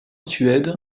suède